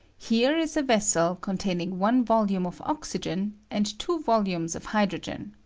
here is a vessel containing one volume of oxygen and two volumes of hydro gen.